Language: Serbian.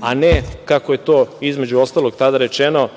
A ne kako je to, između ostalog, tada rečeno